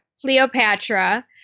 Cleopatra